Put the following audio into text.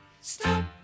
stop